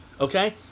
okay